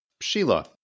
Sheila